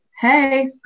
hey